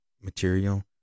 material